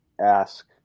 ask